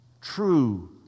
true